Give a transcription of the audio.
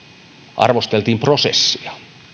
arvosteltiin prosessia